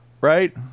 right